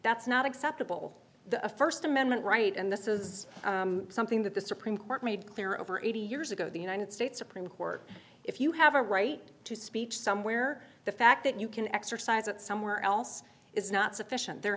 that's not acceptable the first amendment right and this is something that the supreme court made clear over eighty years ago the united states supreme court if you have a right to speech somewhere the fact that you can exercise it somewhere else is not sufficient there